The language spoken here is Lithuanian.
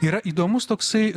yra įdomus toksai